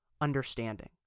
understanding